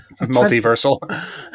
multiversal